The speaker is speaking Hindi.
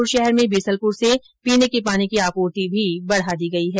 जयपुर शहर में बीसलपुर से पीने के पानी की आपूर्ति बढाई गई है